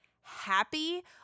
happy